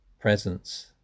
presence